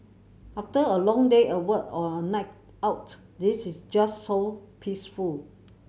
after a long day at work or a night out this is just so peaceful